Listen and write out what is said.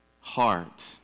heart